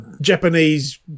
Japanese